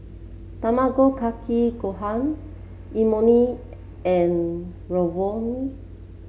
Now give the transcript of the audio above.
Tamago Kake Gohan Imoni and Ravioli